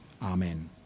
Amen